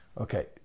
Okay